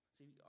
See